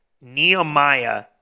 Nehemiah